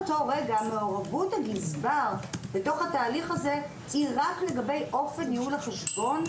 מעורבות הגזבר בתהליך תהיה רק לגבי אופן ניהול החשבון,